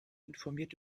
informiert